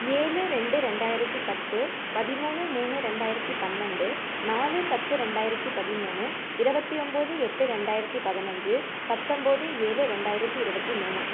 ஏழு ரெண்டு ரெண்டாயிரத்தி பத்து பதிமூணு மூணு ரெண்டாயிரத்தி பன்னெண்டு நாலு பத்து ரெண்டாயிரத்தி பதிமூணு இருபத்தி ஒம்போது எட்டு ரெண்டாயிரத்தி பதினஞ்சு பத்தொம்போது ஏழு ரெண்டாயிரத்தி இருபத்தி மூணு